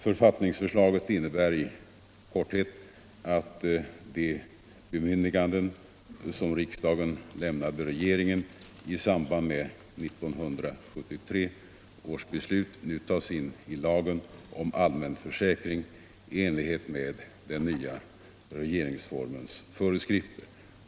Författningsförslaget innebär i korthet att de bemyndiganden som riksdagen lämnade regeringen i samband med 1973 års beslut nu tas in i lagen om allmän försäkring i enlighet med den nya regeringsformens föreskrifter.